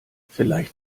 vielleicht